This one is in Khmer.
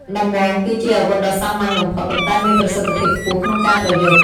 ដំបង គឺជាអាវុធដ៏សាមញ្ញបំផុត ប៉ុន្តែមានប្រសិទ្ធភាពខ្ពស់ក្នុងការប្រយុទ្ធ។